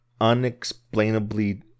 unexplainably